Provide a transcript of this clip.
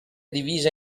divisa